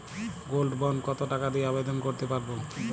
Gold bond কত টাকা দিয়ে আবেদন করতে পারবো?